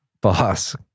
Boss